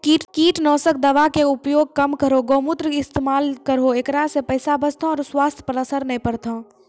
कीटनासक दवा के उपयोग कम करौं गौमूत्र के इस्तेमाल करहो ऐकरा से पैसा बचतौ आरु स्वाथ्य पर असर नैय परतौ?